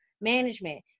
management